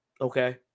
okay